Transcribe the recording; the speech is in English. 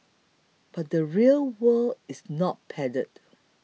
but the real world is not padded